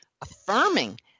affirming